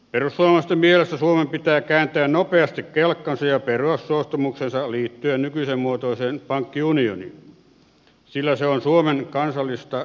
perussuomalaisten mielestä suomen pitää kääntää nopeasti kelkkansa ja perua suostumuksensa liittyä nykyisen muotoiseen pankkiunioniin sillä se on suomen kansallista etua katsoen erityisen huono